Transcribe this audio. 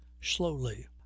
slowly